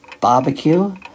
barbecue